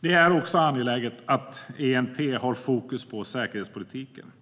Det är också angeläget att ENP har fokus på säkerhetspolitiken.